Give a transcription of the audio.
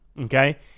Okay